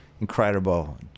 incredible